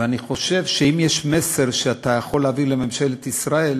ואני חושב שאם יש מסר שאתה יכול להעביר לממשלת ישראל,